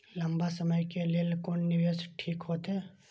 लंबा समय के लेल कोन निवेश ठीक होते?